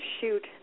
shoot